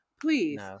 Please